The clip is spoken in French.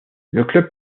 club